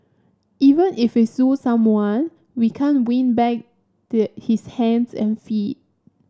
even if we sue someone we can't win back his hands and feet